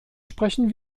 sprechen